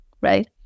right